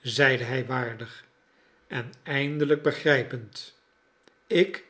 zei hij waardig en eindelijk begrijpend ik